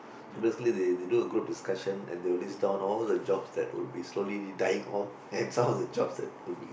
so basically they they do a group discussion that all the job that will be dying off and all the jobs that will be